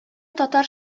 татар